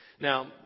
Now